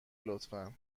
لطفا